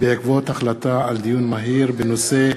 בעקבות דיון מהיר בנושא: